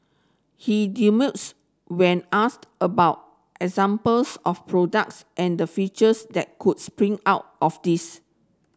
he demurs when asked about examples of products and the features that could spring out of this